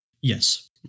Yes